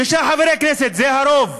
שישה חברי כנסת, זה הרוב.